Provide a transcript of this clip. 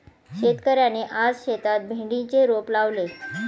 शेतकऱ्याने आज शेतात भेंडीचे रोप लावले